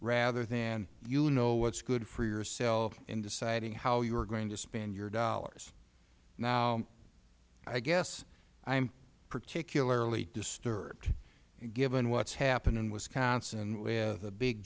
rather than you know what is good for yourself in deciding how you are going to spend your dollars now i guess i am particularly disturbed given what has happened in wisconsin we have big